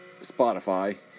Spotify